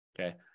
Okay